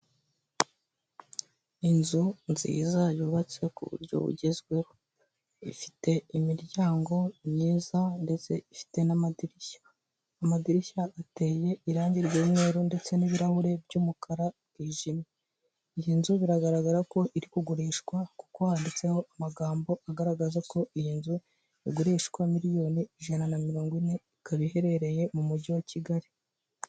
Inzu nziza yubatse ku buryo bugezweho, ifite imiryango myiza ndetse ifite n'amadirishya, amadirishya ateye irangi ry'umweru ndetse n'ibirahure by'umukara byijimye. Iyi nzu biragaragara ko iri kugurishwa kuko handitseho amagambo agaragaza ko iyi nzu igurishwa miliyoni ijana na mirongo ine, ikaba iherereye mu mujyi wa Kigali.